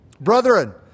Brethren